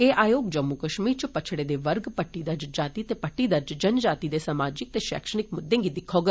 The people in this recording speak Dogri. एह आयोग जम्मू कश्मीर इच पिच्छडे दे वर्ग पट्टी दर्ज जाति ते पट्टी दर्ज जनजातिएं दे समाजिक ते शैक्षिणिक मुद्दे गी दिक्खैग